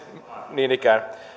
niin ikään